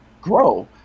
grow